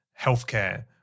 healthcare